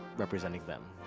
representing them.